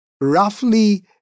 roughly